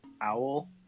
owl